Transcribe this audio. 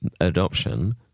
adoption